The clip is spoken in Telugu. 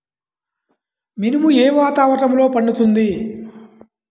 మినుము ఏ వాతావరణంలో పండుతుంది?